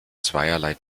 zweierlei